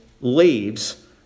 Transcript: leaves